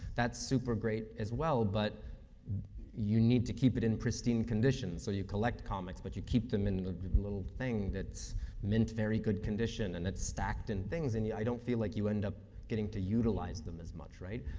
that's super great, as well, but you need to keep it in pristine condition. so, you collect comics, but you keep them in the little thing that's mint, very good condition, and it's stacked in things, and i don't feel like you end up getting to utilize them as much, right?